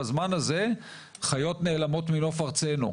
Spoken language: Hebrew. בזמן הזה חיות נעלמות מנוף ארצנו.